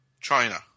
China